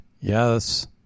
Yes